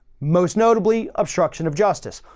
most notably obstruction of justice.